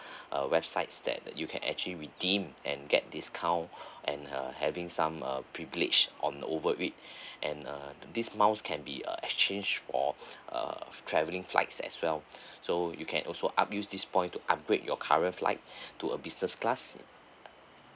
uh websites that you can actually redeem and get discount and uh having some uh privileged on overweight and uh this mile can be uh exchange for uh travelling flights as well so you can also up use this point to upgrade your current flight to a business class